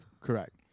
Correct